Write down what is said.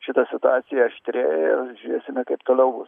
šita situacija aštrėja ir žiūrėsime kaip toliau bus